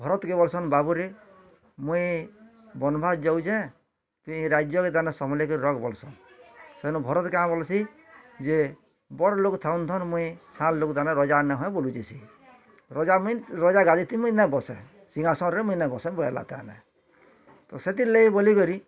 ଭରତ କେ କହସନ୍ ବାବୁରେ ମୁଇଁ ବନବାସ ଯାଉଛେ ତୁ ଏଇ ରାଜ୍ୟନେ ତାନେ ସମ୍ଭାଳିକି ରଖ୍ ଭଲ୍ସେ ସେନୁ ଭରତ କାଁ ବୋଲୁସିଁ ଯେ ବଡ଼ ଲୋକ୍ ଥାଉନ୍ ଥାଉନ୍ ମୁଇଁ ସାନ୍ ଲୋକ୍ ଦାନେ ରଜା ନ ହଏ ବୋଲୁଛିଁ ସେ ରଜା ମିନ୍ ରଦା ଗାଦି ଥି ନା ବସେ ସିଂହାସନରେ ମୁଇଁ ନା ବସେ ବୋଇଲା ତାହାଲେ ତ ସେଥିର୍ ଲାଗି ବୋଲି କରି